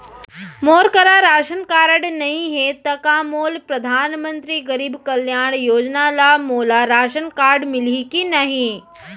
मोर करा ration card नहीं है त का मोल परधानमंतरी गरीब कल्याण योजना ल मोला राशन मिलही कि नहीं?